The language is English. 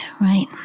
right